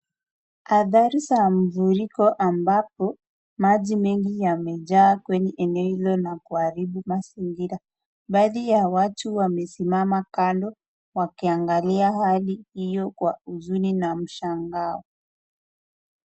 Athari za mfuriko ambapo maji mengi yamejaa kwenye eneo hilo na kuharibu mazingira, baadhi ya watu wamesimama kando wakiangalia hali hiyo kwa huzuni na mshangao.